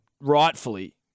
rightfully